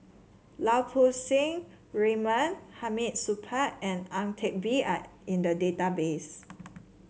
Lau Poo Seng Raymond Hamid Supaat and Ang Teck Bee are in the database